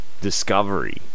Discovery